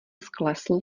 sklesl